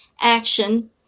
action